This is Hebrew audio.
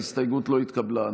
ההסתייגות לא התקבלה.